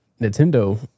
Nintendo